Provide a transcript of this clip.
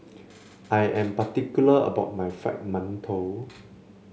I am particular about my Fried Mantou